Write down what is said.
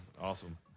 awesome